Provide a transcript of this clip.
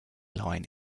line